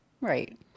right